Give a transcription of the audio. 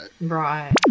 Right